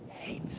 hates